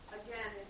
again